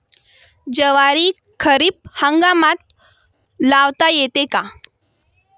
ज्वारी खरीप हंगामात लावता येते का?